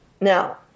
Now